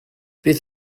beth